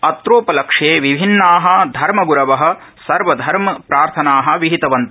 अत्रोपलक्ष्ये विभिन्ना धर्मग्रुव सर्वधर्म प्रार्थना विहितवन्त